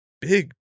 Big